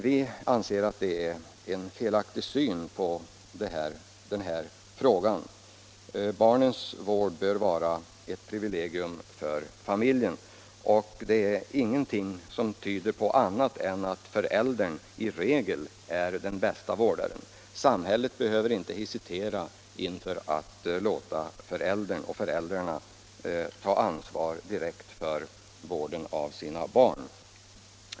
Vi anser att det är en felaktig syn på den här frågan. Valet av barnens vård och tillsyn bör vara ett privilegium för familjen. Ingenting tyder på annat än att föräldrarna i regel är de bästa vårdarna. Samhället behöver inte hesitera inför att låta föräldrarna ta det direkta ansvaret för vården av sina barn.